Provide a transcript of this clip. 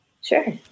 Sure